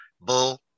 Bull